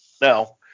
No